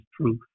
truth